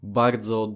bardzo